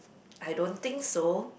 I don't think so